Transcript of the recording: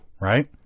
Right